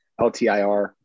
LTIR